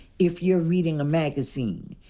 if you're reading a magazine,